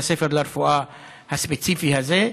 בית הספר לרפואה הספציפי הזה.